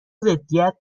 ضدیت